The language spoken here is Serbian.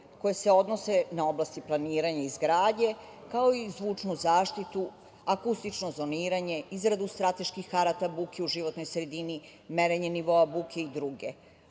koje se odnose na oblasti planiranje i izgradnje, kao i zvučnu zaštitu, akustično zoniranje, izradu strateških karata buke u životnoj sredini, merenje nivoa buke i